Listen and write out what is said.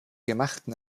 gemachten